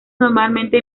normalmente